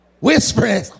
whispering